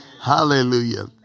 Hallelujah